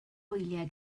wyliau